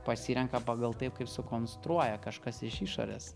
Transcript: pasirenka pagal taip kaip sukonstruoja kažkas iš išorės